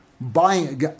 Buying